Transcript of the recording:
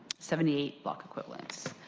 seventy eight lot improvements.